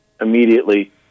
immediately